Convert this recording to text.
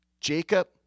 Jacob